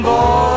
Boy